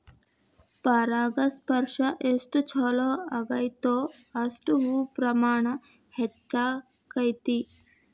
ಪರಾಗಸ್ಪರ್ಶ ಎಷ್ಟ ಚುಲೋ ಅಗೈತೋ ಅಷ್ಟ ಹೂ ಪ್ರಮಾಣ ಹೆಚ್ಚಕೈತಿ